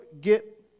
get